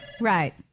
right